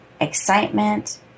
excitement